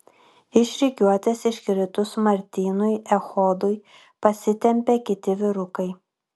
iš rikiuotės iškritus martynui echodui pasitempė kiti vyrukai